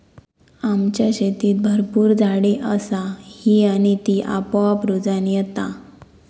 आमच्या शेतीत भरपूर झाडी असा ही आणि ती आपोआप रुजान येता